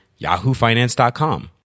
yahoofinance.com